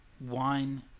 wine